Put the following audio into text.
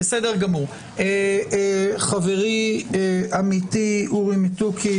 חברי עמיתי אורי מתוקי